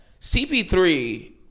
CP3